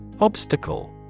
Obstacle